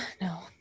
no